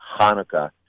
Hanukkah